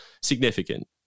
significant